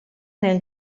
nel